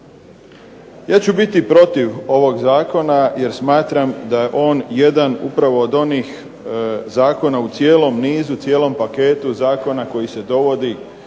Ja ću biti protiv ovog zakona, jer smatram da je on jedan upravo od onih zakona u cijelom nizu, cijelom paketu zakona koji se donosi